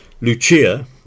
Lucia